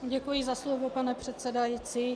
Děkuji za slovo, pane předsedající.